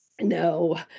No